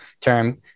term